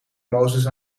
mozes